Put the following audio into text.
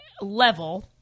level